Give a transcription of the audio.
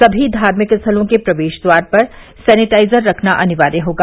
सभी धार्मिक स्थलों के प्रवेश द्वार पर सेनेटाइजर रखना अनिवार्य होगा